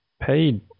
paid